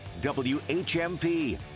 WHMP